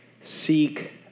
seek